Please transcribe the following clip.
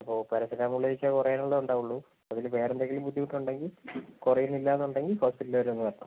അപ്പോൾ പാരസെറ്റമോൾ കഴിച്ച കുറയാൻ ഉള്ള ഉണ്ടാകുള്ളു അതിന് വേറെ എന്തെങ്കിലും ബുദ്ധിമുട്ട് ഉണ്ടെങ്കിൽ കുറയുന്നില്ല എന്ന് ഉണ്ടെങ്കിൽ ഹോസ്പിറ്റൽ വരെ ഒന്ന് വരണം